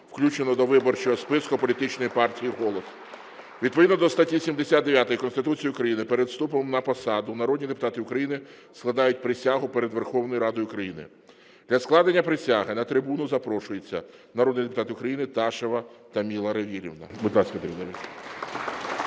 включену до виборчого списку політичної партії "Голос". Відповідно до статті 79 Конституції України перед вступом на посаду народні депутати України складають присягу перед Верховною Радою України. Для складення присяги на трибуну запрошується народний депутат України Ташева Таміла Равілівна.